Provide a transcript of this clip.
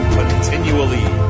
continually